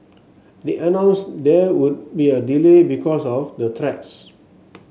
they announced there would be a delay because of the tracks